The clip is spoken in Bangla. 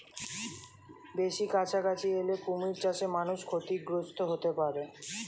বেশি কাছাকাছি এলে কুমির চাষে মানুষ ক্ষতিগ্রস্ত হতে পারে